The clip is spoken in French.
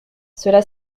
cela